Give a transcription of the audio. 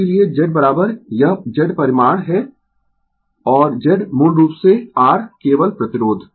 इसीलिये Z यह Z परिमाण है और Z मूल रूप से R केवल प्रतिरोध